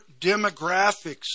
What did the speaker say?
demographics